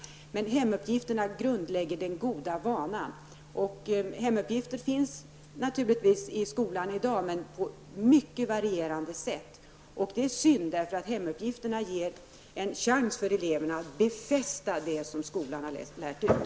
Hemuppgifterna grundlägger den goda vanan. Hemuppgifter finns naturligtvis i skolan i dag, men på mycket varierande sätt. Det är synd, för hemuppgifterna ger en chans för eleverna att befästa det som skolan har lärt ut.